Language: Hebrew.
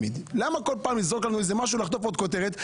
למה כל פעם לזרוק לנו משהו ונחטוף איזו כותרת?